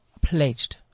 pledged